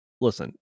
listen